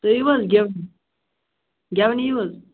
تُہۍ یِیِو حظ گٮ۪ونہِ گٮ۪وَنہِ یِیِو حظ